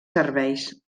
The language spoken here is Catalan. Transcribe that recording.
serveis